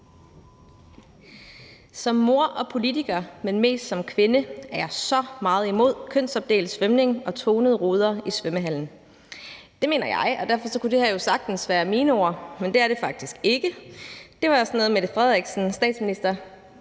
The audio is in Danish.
Som mor og politiker, men mest som kvinde, er jeg så meget imod kønsopdelt svømning og tonede ruder i svømmehallen. Det mener jeg, og derfor kunne det her jo sagtens være mine ord, men det er det faktisk ikke. Det var noget, statsministeren